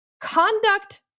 conduct